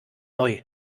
neu